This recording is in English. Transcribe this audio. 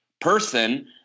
person